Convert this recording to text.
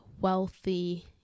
wealthy